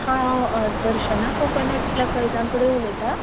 हांव दर्शना कोकोनट प्लकर्सां कडेन उलयतां